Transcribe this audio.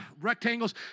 rectangles